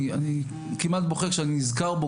אני כמעט בוכה כשאני נזכר בו,